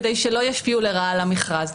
כדי שלא ישפיעו לרעה על המכרז.